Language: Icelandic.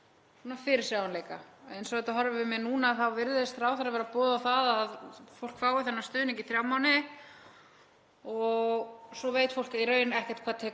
fyrirsjáanleika. Eins og þetta horfir við mér núna virðist ráðherra vera að boða það að fólk fái þennan stuðning í þrjá mánuði og svo veit fólk í raun ekkert hvað tekur